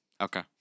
Okay